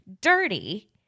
dirty